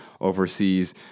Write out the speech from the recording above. overseas